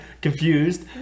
confused